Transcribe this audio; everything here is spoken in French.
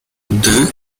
deux